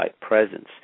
presence